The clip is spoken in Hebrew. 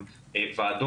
ייפתח?